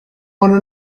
one